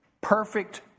perfect